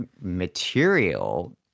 material